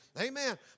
Amen